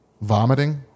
vomiting